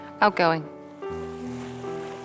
outgoing